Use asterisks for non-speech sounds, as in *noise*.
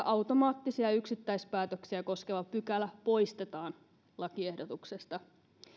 *unintelligible* automaattisia yksittäispäätöksiä koskeva pykälä poistetaan lakiehdotuksesta